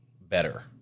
better